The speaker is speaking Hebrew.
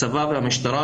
הצבא והמשטרה